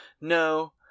No